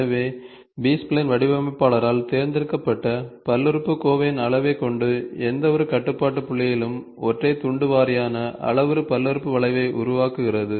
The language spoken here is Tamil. எனவே பி ஸ்ப்லைன் வடிவமைப்பாளரால் தேர்ந்தெடுக்கப்பட்ட பல்லுறுப்புக்கோவையின் அளவைக் கொண்டு எந்தவொரு கட்டுப்பாட்டு புள்ளிகளிலும் ஒற்றை துண்டு வாரியான அளவுரு பல்லுறுப்புறுப்பு வளைவை உருவாக்குகிறது